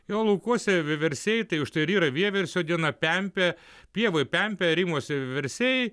jo laukuose vieversiai tai užtai ir yra vieversio diena pempė pievoj pempė arimuose vieversiai